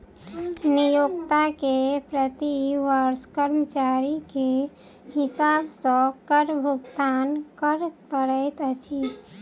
नियोक्ता के प्रति वर्ष कर्मचारी के हिसाब सॅ कर भुगतान कर पड़ैत अछि